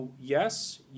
yes